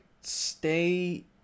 stay